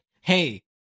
hey